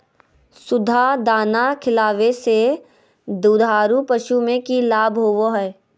सुधा दाना खिलावे से दुधारू पशु में कि लाभ होबो हय?